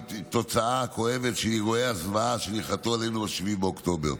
שהיא תוצאה כואבת של אירועי הזוועה שניחתו עלינו ב-7 באוקטובר.